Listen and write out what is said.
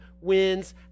wins